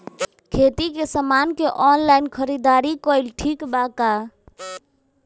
खेती के समान के ऑनलाइन खरीदारी कइल ठीक बा का?